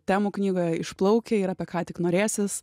temų knygoje išplaukia ir apie ką tik norėsis